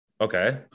okay